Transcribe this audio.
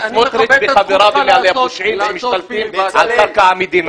סמוטריץ' וחבריו הם הפושעים שמשתלטים על קרקע המדינה.